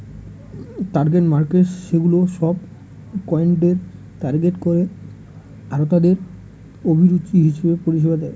target markets সেগুলা সব ক্লায়েন্টদের টার্গেট করে আরতাদের অভিরুচি হিসেবে পরিষেবা দেয়